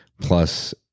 plus